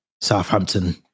Southampton